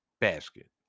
basket